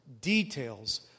details